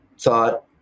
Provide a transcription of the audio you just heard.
thought